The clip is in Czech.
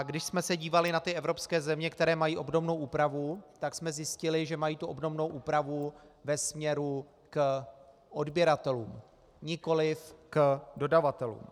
Když jsme se dívali na ty evropské země, které mají obdobnou úpravu, tak jsme zjistili, že mají tu obdobnou úpravu ve směru k odběratelům, nikoliv k dodavatelům.